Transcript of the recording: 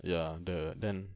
ya the then